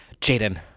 Jaden